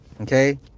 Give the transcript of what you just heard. okay